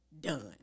done